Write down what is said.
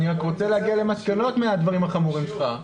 אני רק רוצה להגיע למסקנות מהדברים החמורים שאתה מעלה.